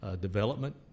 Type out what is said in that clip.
development